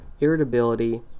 irritability